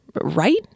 Right